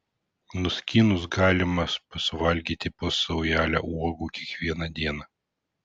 nuskynus galima suvalgyti po saujelę uogų kiekvieną dieną